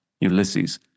Ulysses